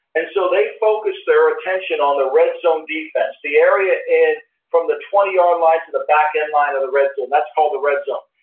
and so they focused their attention on the red zone defense, the area in from the twenty yard line to the back in line of the red zone, that's called the red zone,